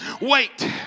Wait